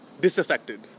disaffected